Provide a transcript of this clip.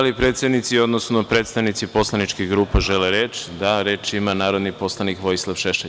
Da li predsednici, odnosno ovlašćeni predstavnici poslaničkih grupa žele reč? (Da.) Reč ima narodni poslanik Vojislav Šešelj.